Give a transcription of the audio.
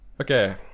Okay